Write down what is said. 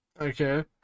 Okay